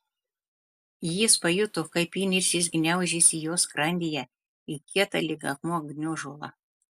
jis pajuto kaip įniršis gniaužiasi jo skrandyje į kietą lyg akmuo gniužulą